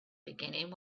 beginning